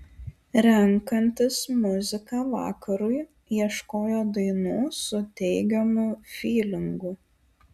renkantis muziką vakarui ieškojo dainų su teigiamu fylingu